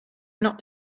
not